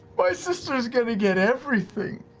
my sister's gonna get everything.